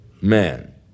man